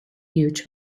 huge